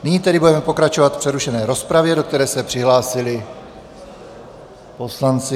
Nyní tedy budeme pokračovat v přerušené rozpravě, do které se přihlásili poslanci...